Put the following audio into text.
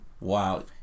Wow